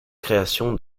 création